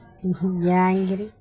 జ్యాంగ్రీ